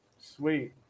Sweet